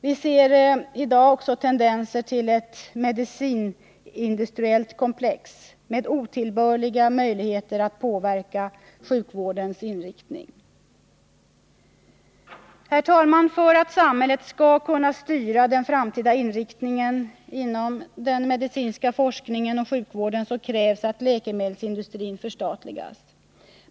Vi ser i dag också tendenser till ett ”medicinindustriellt komplex” med otillbörliga möjligheter att påverka sjukvårdens inriktning. Herr talman! För att samhället skall kunna styra den framtida inriktningen inom medicinsk forskning och sjukvård krävs att läkemedelsindustrin förstatligas.